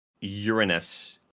Uranus